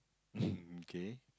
okay